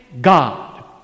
God